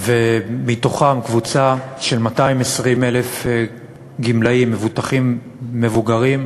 מתוכם קבוצה של 220,000 גמלאים, מבוטחים מבוגרים,